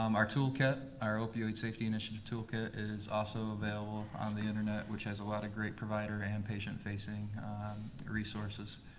um our toolkit, our opioid safety initiative toolkit, is also available on the internet, which has a lot of great provider and patient-facing resources.